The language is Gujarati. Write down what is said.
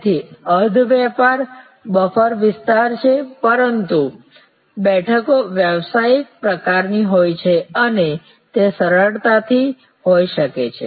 તેથી અર્ધ વ્યાપાર બફર વિસ્તાર છે પરંતુ બેઠકો વ્યવસાયિક પ્રકારની હોય છે અને તે સરળતાથી હોઈ શકે છે